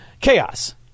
chaos